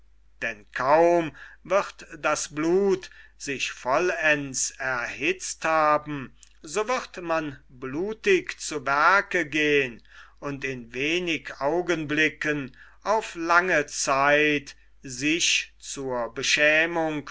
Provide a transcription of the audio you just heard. denn kaum wird das blut sich vollends erhitzt haben so wird man blutig zu werke gehen und in wenig augenblicken auf lange zeit sich zur beschämung